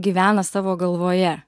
gyvena savo galvoje